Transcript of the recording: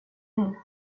vill